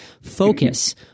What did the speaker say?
Focus